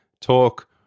talk